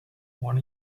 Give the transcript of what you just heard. one